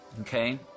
Okay